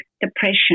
depression